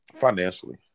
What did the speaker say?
financially